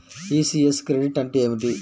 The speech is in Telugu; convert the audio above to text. ఈ.సి.యస్ క్రెడిట్ అంటే ఏమిటి?